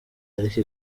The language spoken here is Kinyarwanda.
ariko